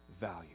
value